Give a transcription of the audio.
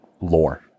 lore